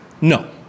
No